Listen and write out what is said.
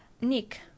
Nick